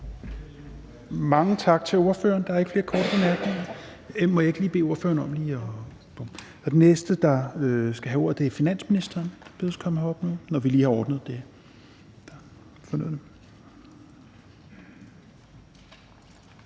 Mange tak til ordføreren. Der er ikke flere korte bemærkninger. Må jeg ikke lige bede ordføreren om at spritte af? Den næste, der skal have ordet, er finansministeren. Han bedes komme herop, når vi lige har ordnet det